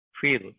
Feel